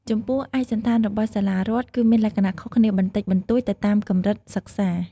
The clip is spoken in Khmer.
ចំពោះឯកសណ្ឋានរបស់សាលារដ្ឋក៏មានលក្ខណៈខុសគ្នាបន្តិចបន្តួចទៅតាមកម្រិតសិក្សា។